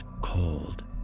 cold